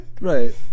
Right